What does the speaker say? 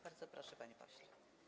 Bardzo proszę, panie pośle.